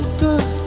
good